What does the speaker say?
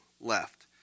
left